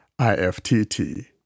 IFTT